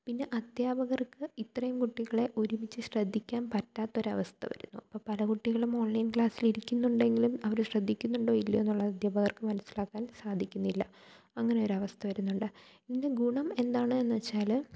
പിന്നെ അധ്യാപകർക്ക് ഇത്രയും കുട്ടികളെ ഒരുമിച്ച് ശ്രദ്ധിക്കാൻ പറ്റാത്ത ഒരു അവസ്ഥ വരുന്നു ഇപ്പോൾ പല കുട്ടികളും ഓൺലൈൻ ക്ലാസിലിരിക്കുന്നുണ്ടെങ്കിലും അവർ ശ്രദ്ധിക്കുന്നുണ്ടോ ഇല്ലയോന്നുള്ള അധ്യാപകർക്ക് മനസ്സിലാക്കാൻ സാധിക്കുന്നില്ല അങ്ങനെ ഒരു അവസ്ഥ വരുന്നുണ്ട് ഇതിൻ്റെ ഗുണം എന്താണ് എന്ന് വെച്ചാൽ